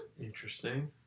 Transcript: Interesting